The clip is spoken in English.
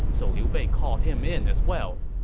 so liu bei called him in as well.